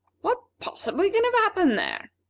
what possibly can have happened there?